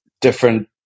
different